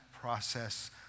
process